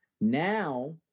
Now